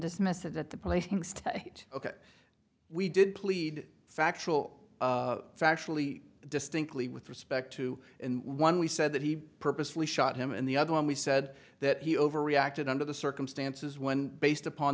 dismissed it at the place ok we did plead factual factually distinctly with respect to one we said that he purposely shot him and the other one we said that he overreacted under the circumstances when based upon